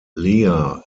lea